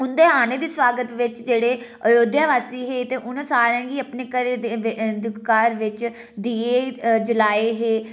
उं'दे आने दे सोआगत बिच जेह्ड़े अयोध्या वासी हे ते उ'नें सारें गी अपने घर घर बिच दीये जलाये हे